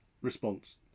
response